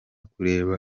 kureba